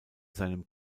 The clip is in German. seinem